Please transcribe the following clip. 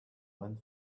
went